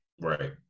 Right